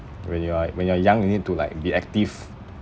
when you are when you are young you need to like be active